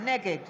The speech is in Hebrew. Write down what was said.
נגד